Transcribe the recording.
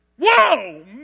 Whoa